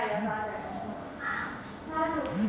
गांव के संपन्न किसान आपन टेक्टर टाली रखत हवे